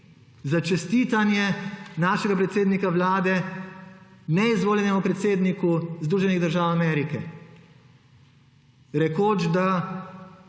za čestitanje našega predsednika Vlade neizvoljenemu predsedniku Združenih držav Amerike, rekoč, da